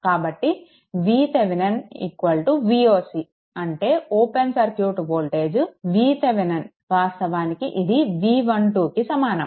కాబట్టి VThevenin Voc అంటే open circuit voltage VThevenin వాస్తవానికి ఇది V12కి సమానం